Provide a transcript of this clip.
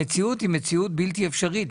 המציאות היא מציאות בלתי אפשרית,